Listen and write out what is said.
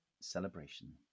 celebration